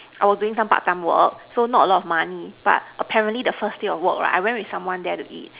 I was doing some part time work so not a lot of money but apparently the first day of work right I went with someone there to eat